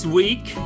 week